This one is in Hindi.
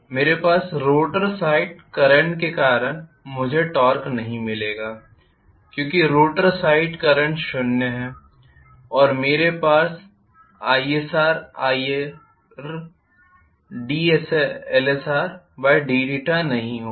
मेरे पास रोटर साइड करंट के कारण मुझे टॉर्क नहीं मिलेगा क्योंकि रोटर साइड करंट शून्य है और मेरे पास isirdLsrdθ नहीं होगा